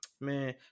man